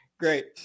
Great